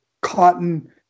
cotton